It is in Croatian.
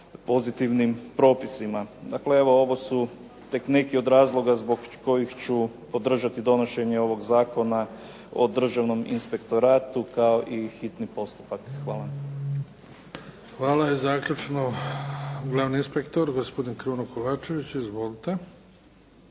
pozitivnim propisima. Dakle, evo ovo su tek neki od razloga zbog kojih ću podržati donošenje ovog zakona o Državnom inspektoratu kao i hitni postupak. Hvala. **Bebić, Luka (HDZ)** Hvala. I zaključno glavni inspektor gospodin Kruno Kovačević. Izvolite.